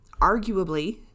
arguably